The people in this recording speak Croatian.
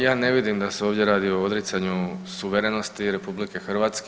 Ja ne vidim da se ovdje radi o odricanju suverenosti RH.